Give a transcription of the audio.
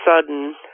sudden